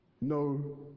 no